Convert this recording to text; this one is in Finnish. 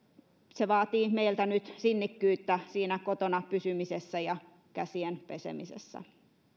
se vaatii meiltä nyt sinnikkyyttä siinä kotona pysymisessä ja käsien pesemisessä